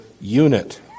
unit